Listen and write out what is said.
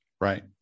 Right